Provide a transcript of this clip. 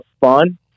fun